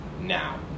now